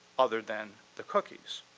other than the cookies.